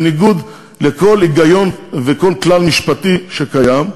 בניגוד לכל היגיון וכל כלל משפטי שקיים.